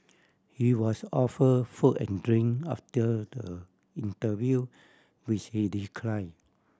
he was offer food and drink after the interview which he decline